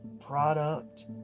product